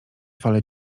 fale